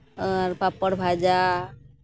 ᱟᱨ ᱯᱟᱯᱚᱲ ᱵᱷᱟᱡᱟ